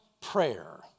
prayer